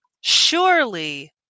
surely